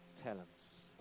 talents